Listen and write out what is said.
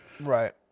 Right